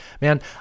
Man